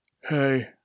Hey